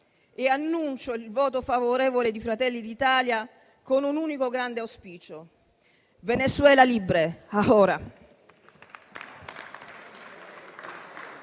infine il voto favorevole di Fratelli d'Italia, con un unico grande auspicio: *Venezuela libre ahora*.